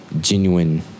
Genuine